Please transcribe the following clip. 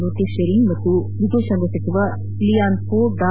ರೋಟೆ sharing ಮತ್ತು ವಿದೇಶಾಂಗ ಸಚಿವ ಲಿಯಾನ್ವೋ ಡಾ